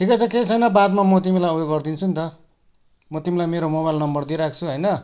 ठिकै छ केही छैन बादमा म तिमीलाई ऊ यो गरिदिन्छु नि त म तिमीलाई मेरो मोबाइल नम्बर दिइराख्छु होइन